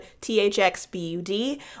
t-h-x-b-u-d